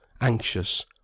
anxious